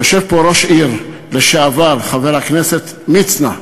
יושב פה ראש עיר לשעבר, חבר הכנסת מצנע,